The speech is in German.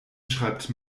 schreibt